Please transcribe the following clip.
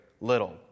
little